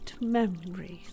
memories